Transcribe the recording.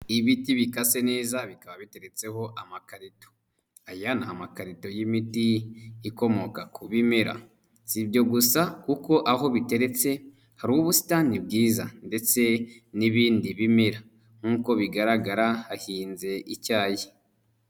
Ibiti bikase neza bikaba biteretseho amakarito. Aya ni amakarito y'imiti ikomoka ku bimera, si ibyo gusa kuko aho biteretse hari ubusitani bwiza ndetse n'ibindi bimera, nk'uko bigaragara hahinze icyayi.